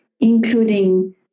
including